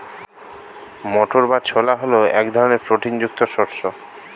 মটর বা ছোলা হল এক ধরনের প্রোটিন যুক্ত শস্য